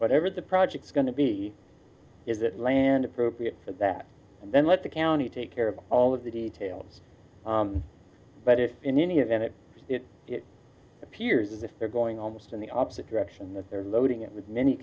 whatever the project's going to be is that land appropriate for that and then let the county take care of all of the details but if in any event it it appears as if they're going almost in the opposite direction that they're loading it with many